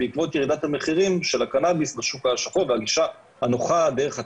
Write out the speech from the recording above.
בעקבות ירידת המחירים של הקנביס בשוק השחור והגישה הנוחה דרך הטלגרם.